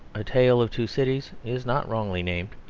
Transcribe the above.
a tale of two cities is not wrongly named.